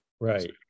Right